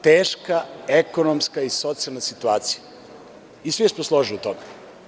Teška ekonomska i socijalna situacija i svi smo složni u tome.